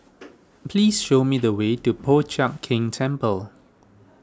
please show me the way to Po Chiak Keng Temple